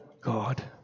God